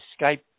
skype